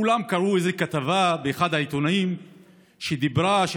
כולם קראו איזו כתבה באחד העיתונים שדיברה על כך